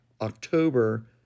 October